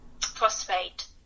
phosphate